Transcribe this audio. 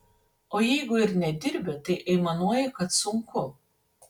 o jeigu ir nedirbi tai aimanuoji kad sunku